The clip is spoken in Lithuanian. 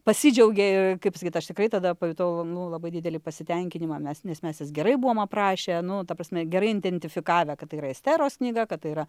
pasidžiaugė kaip pasakyt aš tikrai tada pajutau labai didelį pasitenkinimą mes nes mes ja gerai buvom aprašę nu ta prasme gerai identifikavę kad tai yra esteros knyga kad tai yra